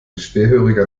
schwerhöriger